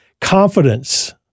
confidence